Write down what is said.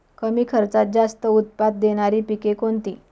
कमी खर्चात जास्त उत्पाद देणारी पिके कोणती?